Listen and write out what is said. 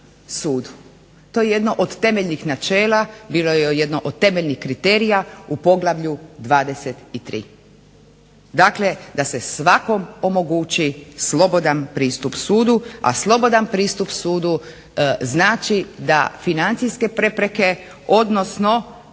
To je jedno od temeljnih načela, bilo je jedno od temeljnih kriterija u poglavlju 23., dakle da se svakom omogući slobodan pristup sudu, a slobodan pristup sudu znači da financijske prepreke odnosno